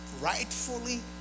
rightfully